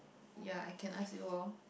ya I can ask you lor